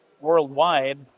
worldwide